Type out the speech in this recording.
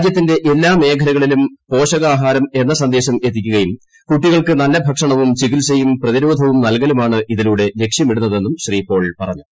രാജ്യിത്തിന്റെ എല്ലാ മേഖലകളിലും പോഷകാഹാരമെന്ന സന്ദേശം എത്തിക്കുകയും കുട്ടികൾക്ക് നല്ല ഭക്ഷണവും ചികിത്സയും പ്രതിരോധവും നൽകലുമാണ് ഇതിലൂടെ ലക്ഷ്യമിടുന്നതെന്നും ശ്രീ പ്പോൾ പറഞ്ഞു